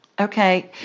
Okay